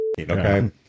Okay